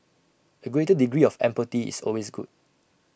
A greater degree of empathy is always good